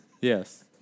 Yes